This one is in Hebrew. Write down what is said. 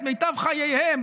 את מיטב חייהם,